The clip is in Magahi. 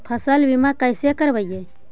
फसल बीमा कैसे करबइ?